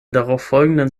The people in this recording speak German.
darauffolgenden